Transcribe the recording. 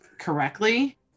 correctly